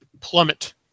plummet